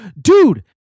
Dude